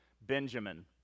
Benjamin